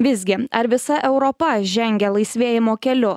visgi ar visa europa žengia laisvėjimo keliu